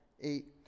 eight